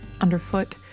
underfoot